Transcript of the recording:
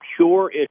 pure